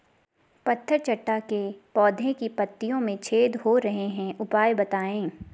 पत्थर चट्टा के पौधें की पत्तियों में छेद हो रहे हैं उपाय बताएं?